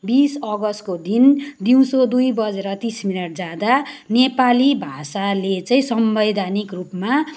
बिस अगस्तको दिन दिउँसो दुई बजेर तिस मिनट जाँदा नेपाली भाषाले चाहिँ संवेधानिक रूपमा